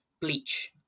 bleach